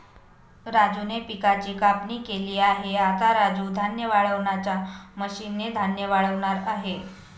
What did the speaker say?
राजूने पिकाची कापणी केली आहे, आता राजू धान्य वाळवणाच्या मशीन ने धान्य वाळवणार आहे